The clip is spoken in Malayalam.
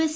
എസ്